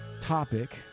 topic